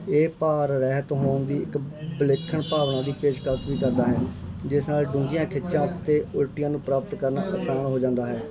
ਇਹ ਭਾਰ ਰਹਿਤ ਹੋਣ ਦੀ ਇੱਕ ਵਿਲੱਖਣ ਭਾਵਨਾ ਦੀ ਪੇਸ਼ਕਸ਼ ਵੀ ਕਰਦਾ ਹੈ ਜਿਸ ਨਾਲ ਡੂੰਘੀਆਂ ਖਿੱਚਾਂ ਅਤੇ ਉਲਟੀਆਂ ਨੂੰ ਪ੍ਰਾਪਤ ਕਰਨਾ ਆਸਾਨ ਹੋ ਜਾਂਦਾ ਹੈ